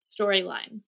storyline